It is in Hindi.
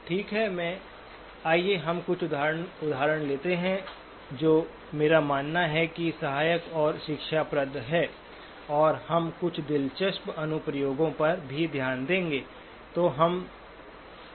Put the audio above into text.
ठीक है आइए हम कुछ उदाहरण लेते हैं जो मेरा मानना है कि सहायक और शिक्षाप्रद हैं और हम कुछ दिलचस्प अनुप्रयोगों पर भी ध्यान देंगे